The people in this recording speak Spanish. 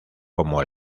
como